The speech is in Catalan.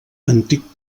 antic